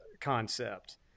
concept